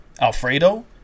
Alfredo